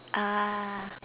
ah